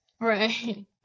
Right